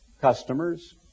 customers